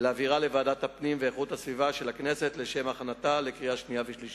מ-200,000 עובדים זרים שנמצאים בצורה לא